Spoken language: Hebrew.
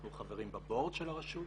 אנחנו חברים ב-board של הרשות,